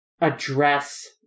address